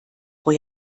vor